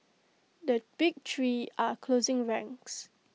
the big three are closing ranks